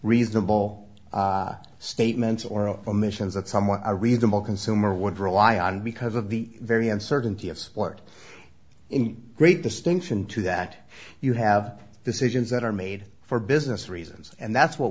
reasonable statements or omissions that someone a reasonable consumer would rely on because of the very uncertainty of sport in great distinction to that you have decisions that are made for business reasons and that's what